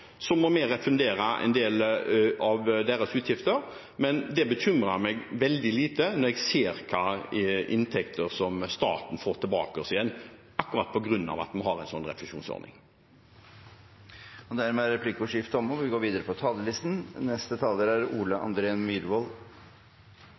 Så må vi refundere en del av deres utgifter, men det bekymrer meg veldig lite når jeg ser hvilke inntekter staten får tilbake igjen, nettopp på grunn av at vi har en sånn refusjonsordning. Dermed er replikkordskiftet omme. Jeg kan berolige representanten Tina Bru med at det er